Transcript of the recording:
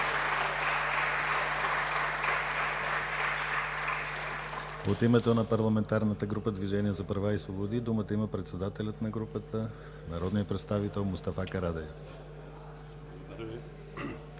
От името на парламентарната група Движение за права и свободи думата има председателят на групата, народният представител Мустафа Карадайъ.